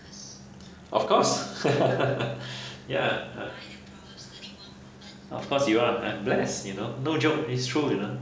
of course ya of course you are I am blessed you know no joke is true you know